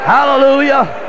Hallelujah